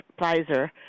Pfizer